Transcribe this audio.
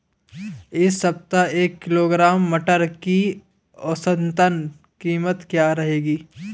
इस सप्ताह एक किलोग्राम मटर की औसतन कीमत क्या रहेगी?